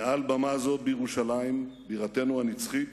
מעל במה זו בירושלים, בירתנו הנצחית,